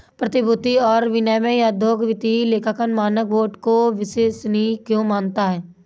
प्रतिभूति और विनिमय आयोग वित्तीय लेखांकन मानक बोर्ड को विश्वसनीय क्यों मानता है?